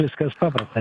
viskas paprasta